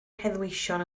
heddweision